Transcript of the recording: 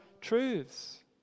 truths